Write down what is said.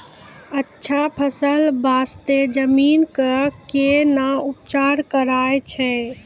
अच्छा फसल बास्ते जमीन कऽ कै ना उपचार करैय छै